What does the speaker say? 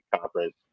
conference